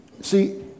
See